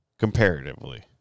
Comparatively